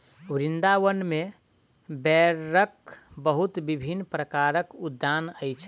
वृन्दावन में बेरक बहुत विभिन्न प्रकारक उद्यान अछि